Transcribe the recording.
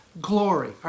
glory